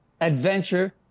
adventure